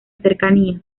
cercanías